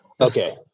Okay